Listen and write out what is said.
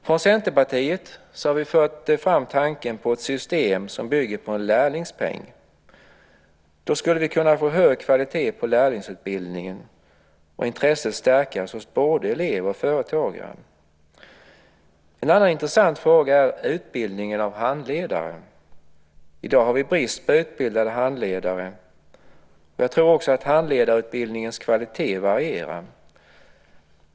Från Centerpartiet har vi fört fram tanken på ett system som bygger på en lärlingspeng. Då kunde vi få hög kvalitet på lärlingsutbildningen samtidigt som intresset bland både elever och företagare skulle stärkas. En annan intressant fråga är utbildningen av handledare. I dag har vi brist på utbildade handledare, och jag tror att handledarutbildningens kvalitet också varierar.